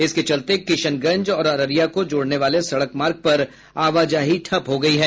इसके चलते किशनगंज और अररिया को जोड़ने वाले सड़क मार्ग पर आवाजाही ठप हो गयी है